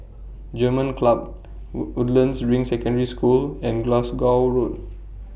German Club Woodlands Ring Secondary School and Glasgow Road